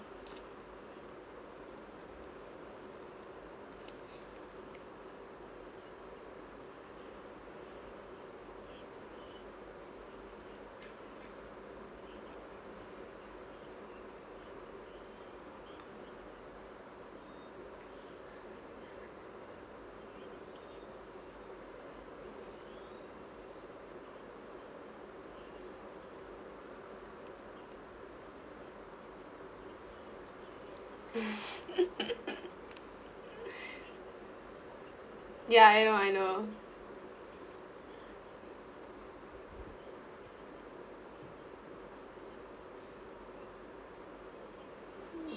ya I know I know